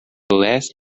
last